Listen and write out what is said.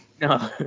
No